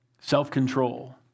Self-control